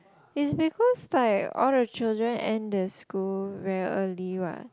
it's because like all the children end their school very early what